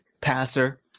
passer